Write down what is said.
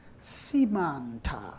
Simanta